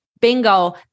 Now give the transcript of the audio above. Bingo